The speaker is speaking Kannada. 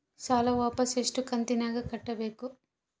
ಸಾಲ ವಾಪಸ್ ಎಷ್ಟು ಕಂತಿನ್ಯಾಗ ಕಟ್ಟಬೇಕು?